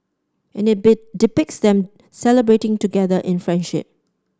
and it be depicts them celebrating together in friendship